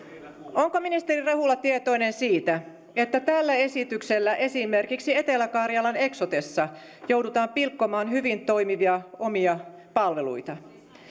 onko ministeri rehula tietoinen siitä että tällä esityksellä esimerkiksi etelä karjalan eksotessa joudutaan pilkkomaan hyvin toimivia omia palveluita